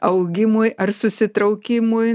augimui ar susitraukimui